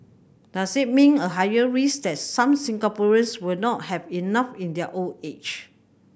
does it mean a higher risk that some Singaporeans will not have enough in their old age